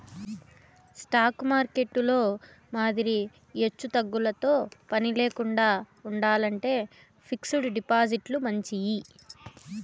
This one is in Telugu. స్టాకు మార్కెట్టులో మాదిరి ఎచ్చుతగ్గులతో పనిలేకండా ఉండాలంటే ఫిక్స్డ్ డిపాజిట్లు మంచియి